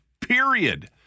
period